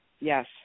Yes